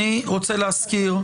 אני רוצה להזכיר,